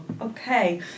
Okay